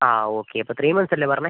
ആ ഓക്കേ അപ്പോൾ three months അല്ലേ പറഞ്ഞത്